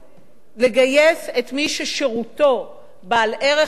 לגייס את מי ששירותו בעל ערך לצה"ל,